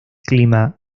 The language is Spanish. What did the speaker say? clima